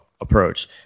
approach